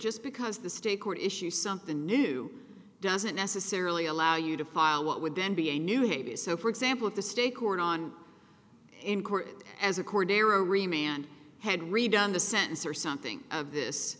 just because the state court issue something new doesn't necessarily allow you to file what would then be a new haiti so for example if the state court on in court as a core dare remain and had read on the sentence or something of this